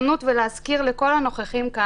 תמונות ועדויות של הורים או אנשי צוות מתוך הגנים.